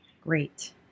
Great